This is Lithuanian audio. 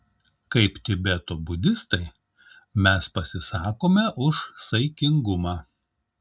kaip tibeto budistai mes pasisakome už saikingumą